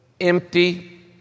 empty